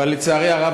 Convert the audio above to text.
אבל לצערי הרב,